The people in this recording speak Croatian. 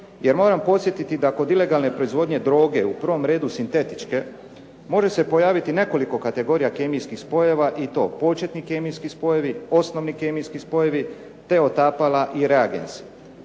jer moram podsjetiti da kod ilegalne proizvodnje droge, u prvom redu sintetičke, može se pojaviti nekoliko kategorija kemijskih spojeva i to: početni kemijski spojevi, osnovni kemijski spojevi te otapala i reagensi.